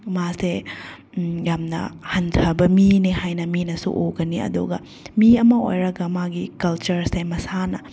ꯃꯥꯁꯦ ꯌꯥꯝꯅ ꯍꯟꯊꯕ ꯃꯤꯅꯦ ꯍꯥꯏꯅ ꯃꯤꯅꯁꯨ ꯎꯒꯅꯤ ꯑꯗꯨꯒ ꯃꯤ ꯑꯃ ꯑꯣꯏꯔꯒ ꯃꯥꯒꯤ ꯀꯜꯆꯔꯁꯦ ꯃꯁꯥꯅ